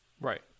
Right